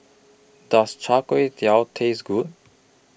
Does Chai Kuay Tow Taste Good